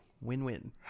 Win-win